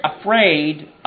afraid